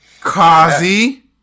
Kazi